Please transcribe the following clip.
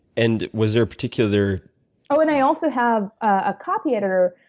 and was there a particular oh, and i also have a copy editor.